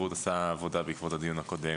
בעקבות הדיון הקודם,